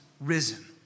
risen